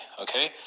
okay